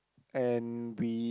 and we